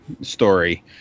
story